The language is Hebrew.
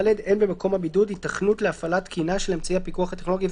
(ד)אין במקום הבידוד היתכנות להפעלה תקינה של אמצעי הפיקוח הטכנולוגי,